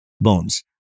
bones